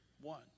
one